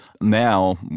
Now